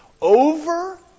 over